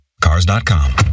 Cars.com